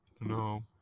no